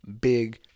big